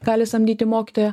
gali samdyti mokytoją